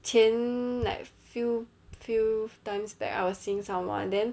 前 like few few times back I was seeing someone then